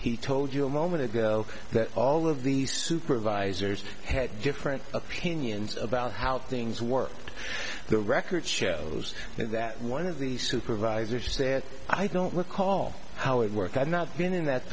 he told you a moment ago that all of the supervisors had different opinions about how things worked the record shows that one of the supervisor said i don't recall how it work i've not been in that